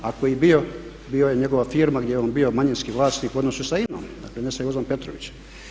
Ako je i bio, bio je njegova firma gdje je on bio manjinski vlasnik u odnosu sa INA-om, dakle ne sa Jozom Petrovićem.